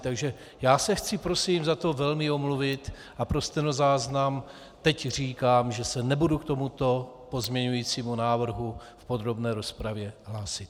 Takže já se chci prosím za to velmi omluvit a pro stenozáznam teď říkám, že se nebudu k tomuto pozměňovacímu návrhu v podrobné rozpravě hlásit.